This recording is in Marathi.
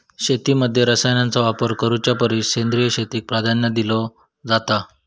शेतीमध्ये रसायनांचा वापर करुच्या परिस सेंद्रिय शेतीक प्राधान्य दिलो जाता